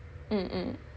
mm mm